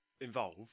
involve